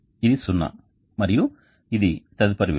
ఇది సున్నా మరియు ఇది తదుపరి విలువ